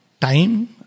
time